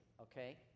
okay